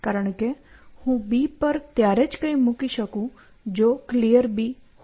કારણ કે હું B પર ત્યારે જ કંઇક મૂકી શકું જો Clear હોય